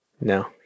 No